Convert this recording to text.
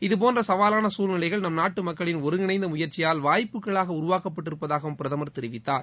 இதபோன்ற சவாலான சுழ்நிலைகள் நம்நாட்டு மக்களின் ஒருங்கினைந்த முயற்சியால் வாய்ப்புகளாக உருவாக்கப்பட்டிருப்பதாகவும் பிரதமர் தெரிவித்தார்